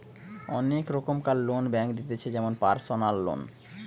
অনেক রোকমকার loan bank দিতেছে যেমন পারসনাল লোন